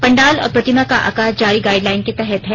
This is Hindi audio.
पंडाल और प्रतिमा का आकार जारी गाइडलाइन के तहत है